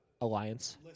Alliance